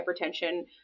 hypertension